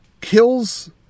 kills